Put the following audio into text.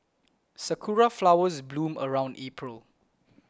sakura flowers bloom around April